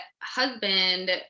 husband